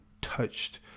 touched